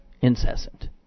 Incessant